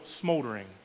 smoldering